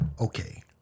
Okay